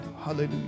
Hallelujah